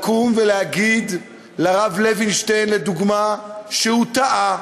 לקום ולהגיד לרב לוינשטיין, לדוגמה, שהוא טעה,